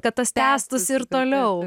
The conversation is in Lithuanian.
kad tas tęstųsi ir toliau